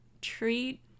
treat